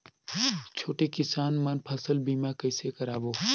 छोटे किसान मन फसल बीमा कइसे कराबो?